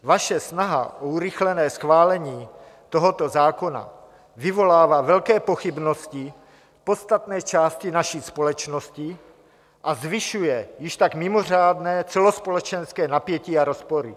Vaše snaha o urychlené schválení tohoto zákona vyvolává velké pochybnosti v podstatné části naší společnosti a zvyšuje již tak mimořádné celospolečenské napětí a rozpory.